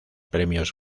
premios